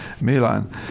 Milan